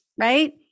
right